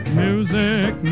music